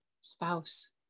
Spouse